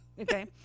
Okay